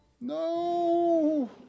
no